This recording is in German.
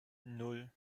nan